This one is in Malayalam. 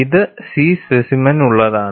ഇത് C സ്പെസിമെൻസിനുള്ളതാണ്